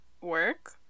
work